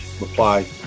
reply